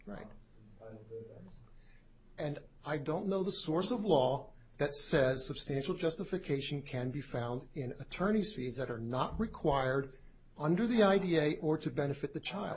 right and i don't know the source of law that says substantial justification can be found in attorney's fees that are not required under the idea or to benefit the child